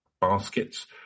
baskets